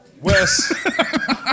Wes